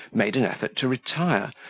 made an effort to retire,